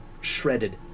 shredded